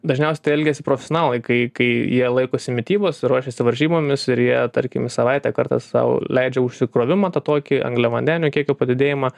dažniausiai tai elgiasi profesionalai kai kai jie laikosi mitybos ruošiasi varžybomis ir jie tarkim į savaitę kartą sau leidžia užsikrovimą tą tokį angliavandenių kiekio padidėjimą